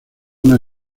una